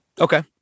Okay